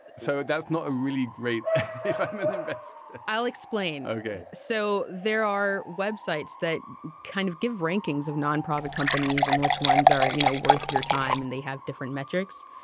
so that's not a really great investment and i'll explain. okay. so there are websites that kind of give rankings of nonprofit companies and which ones are you know worth your time and they have different metrics.